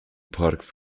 park